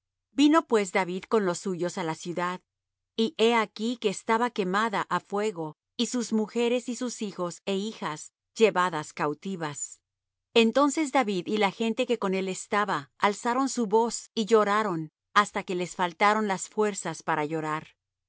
vino pues david con los suyos á la ciudad y he aquí que estaba quemada á fuego y sus mujeres y sus hijos é hijas llevadas cautivas entonces david y la gente que con él estaba alzaron su voz y lloraron hasta que les faltaron las fuerzas para llorar